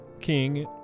King